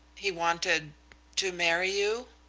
he wanted to marry you?